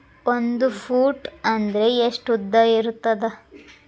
ಒಂದು ಫೂಟ್ ಅಂದ್ರೆ ಎಷ್ಟು ಉದ್ದ ಇರುತ್ತದ?